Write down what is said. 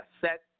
set